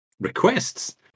requests